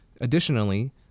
Additionally